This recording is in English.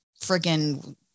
friggin